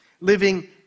living